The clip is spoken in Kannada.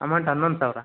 ಅಮೌಂಟ್ ಹನ್ನೊಂದು ಸಾವಿರ